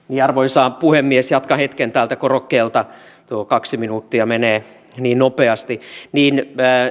niin arvoisa puhemies jatkan hetken täältä korokkeelta tuo kaksi minuuttia menee niin nopeasti syy